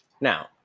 Now